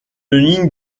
ligne